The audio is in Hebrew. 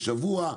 שבוע,